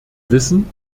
wissen